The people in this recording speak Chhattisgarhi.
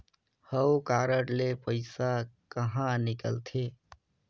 हव कारड ले पइसा कहा निकलथे?